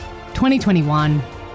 2021